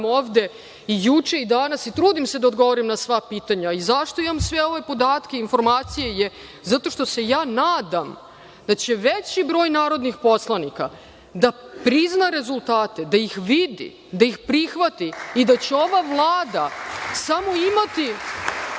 ovde i juče i danas, i trudim se da odgovorim na sva pitanja, i zašto imam sve podatke i informacije je zato što se ja nadam da će veći broj narodnih poslanika da prizna rezultat, da ih vidi, da ih prihvati i da će ova Vlada samo imati